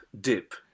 Dip